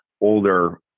older